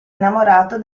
innamorato